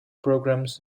programs